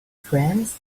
friends